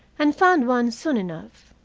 and found one soon enough,